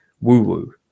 woo-woo